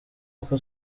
uko